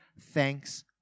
thanks